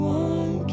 one